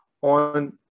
on